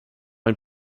ein